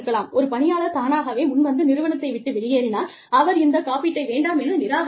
ஒரு பணியாளர் தானாகவே முன்வந்து நிறுவனத்தை விட்டு வெளியேறினால் அவர் இந்த காப்பீட்டை வேண்டாம் என நிராகரிக்கலாம்